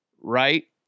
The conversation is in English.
right